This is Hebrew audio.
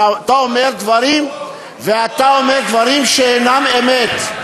ואתה אומר דברים שאינם אמת.